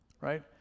Right